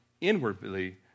inwardly